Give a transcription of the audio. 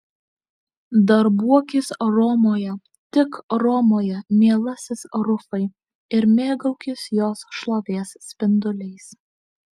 darbuokis romoje tik romoje mielasis rufai ir mėgaukis jos šlovės spinduliais